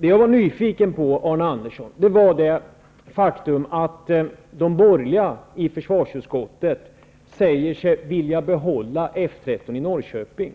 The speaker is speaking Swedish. Jag var nyfiken, Arne Andersson, på det faktum att de borgerliga i försvarsutskottet säger sig vilja behålla F 13 i Norrköping.